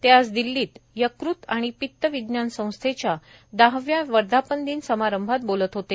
ते आज दिल्लीत यकृत आणि पित्त विज्ञान संस्थेच्या दहाव्या वर्धापन दिन समारंभात बोलत होते